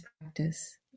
practice